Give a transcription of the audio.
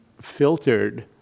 filtered